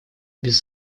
без